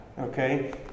Okay